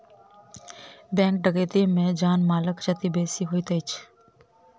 bank डकैती मे जान मालक क्षति बेसी होइत अछि